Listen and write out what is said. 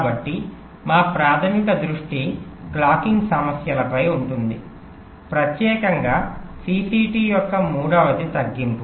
కాబట్టి మా ప్రాధమిక దృష్టి క్లాకింగ్ సమస్యలపై ఉంటుంది ప్రత్యేకంగా సిసిటి యొక్క మూడవది తగ్గింపు